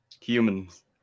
Humans